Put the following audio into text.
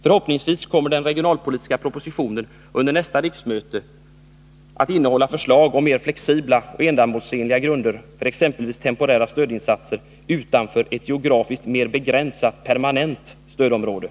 Förhoppningsvis kommer den regionalpolitiska proposition som läggs fram under nästa riksmöte att innehålla förslag om mer flexibla och ändamålsenliga grunder för exempelvis temporära stödinsatser utanför ett geografiskt mer begränsat permanent stödområde.